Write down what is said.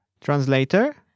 Translator